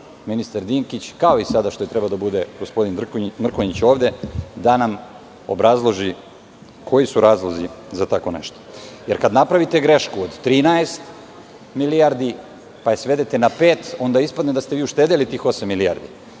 ministar Dinkić, kao i sada što je trebalo da bude gospodin Mrkonjić ovde, da nam obrazloži koji su razlozi za tako nešto. Jer, kada napravite grešku od 13 milijardi pa je svedete na pet, onda ispada da ste vi uštedeli tih osam milijardi. Mi